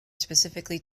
specifically